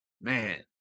man